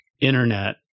internet